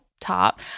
top